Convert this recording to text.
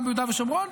גם ביהודה ושומרון,